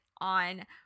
on